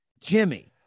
Jimmy